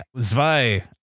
zwei